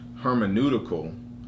hermeneutical